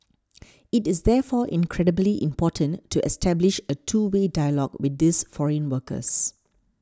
it is therefore incredibly important to establish a two way dialogue with these foreign workers